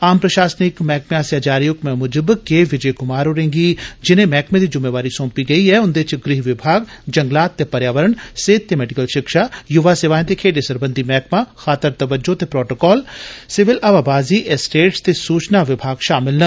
आम प्रषासनिक मैहकमं आसेया जारी हुक्मै मुजब के विजय कुमार होरें गी जिनें मैहकमें दी जुम्मेवारी साँपी गेई ऐ उन्दे च गृह विभाग जंगलात ते पर्यावरण सेहत ते मैडिकल षिक्षा युवा सेवाएं ते खेड्ढें सरबंधी मैह्कमा खातर तवज्जो ते प्रोटोकॉल सिविल हवाबाजी एस्टेट्स ते सूचना विभाग षामल न